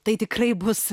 tai tikrai bus